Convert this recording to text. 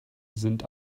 sind